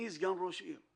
אני סגן ראש עיר.